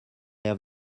have